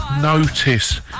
notice